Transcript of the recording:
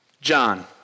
John